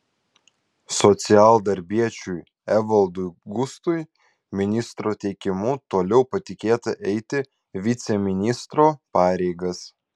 socialdarbiečiui evaldui gustui ministro teikimu toliau patikėta eiti viceministro pareigas